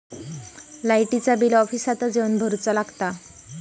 लाईटाचा बिल ऑफिसातच येवन भरुचा लागता?